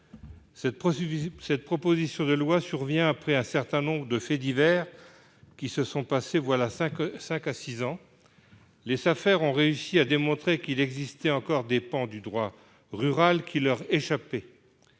Cette proposition de loi intervient après un certain nombre de faits divers qui se sont déroulés il y a cinq à six ans. Les Safer ont réussi à démontrer qu'il existait encore des pans du droit rural qui leur échappaient